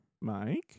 Mike